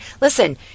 listen